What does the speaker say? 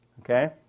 okay